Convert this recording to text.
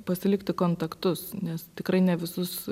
pasilikti kontaktus nes tikrai ne visus